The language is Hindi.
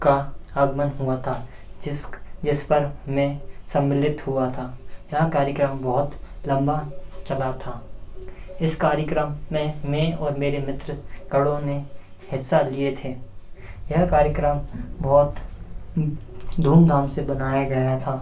का आगमन हुआ था जिस जिस पर मैं सम्मिलित हुआ था यह कार्यक्रम बहुत लम्बा चला था इस कार्यक्रम में मे और मेरे मित्र गणों ने हिस्सा लिया था यह कार्यक्रम बहुत धूमधाम से मनाया गया था